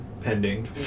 Pending